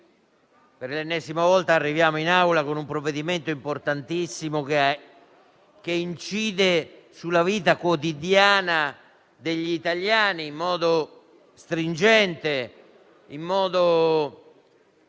Per l'ennesima volta, arriviamo a esaminare in Aula un provvedimento importantissimo, che incide sulla vita quotidiana degli italiani in modo stringente e tale